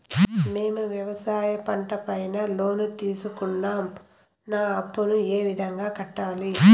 మేము వ్యవసాయ పంట పైన లోను తీసుకున్నాం నా అప్పును ఏ విధంగా కట్టాలి